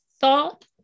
thought